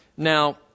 Now